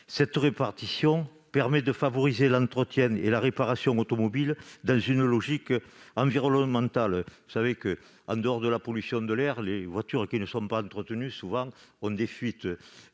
Cette répartition permet de favoriser l'entretien et la réparation automobile dans une logique environnementale, car, au-delà de la seule pollution de l'air, les voitures qui ne sont pas entretenues souffrent de fuites